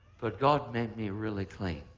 but god made me really clean.